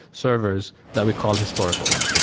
servers, that we call historicals.